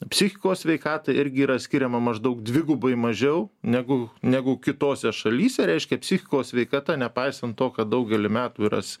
psichikos sveikatai irgi yra skiriama maždaug dvigubai mažiau negu negu kitose šalyse reiškia psichikos sveikata nepaisant to kad daugelį metų yras